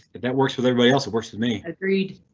that works with everybody else. works with me, agreed.